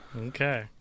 Okay